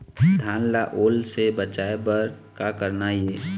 धान ला ओल से बचाए बर का करना ये?